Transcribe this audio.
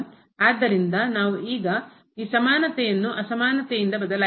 ಆದ್ದರಿಂದ ನಾವು ಈಗ ಈ ಸಮಾನತೆಯನ್ನು ಅಸಮಾನತೆಯಿಂದ ಬದಲಾಯಿಸಬಹುದು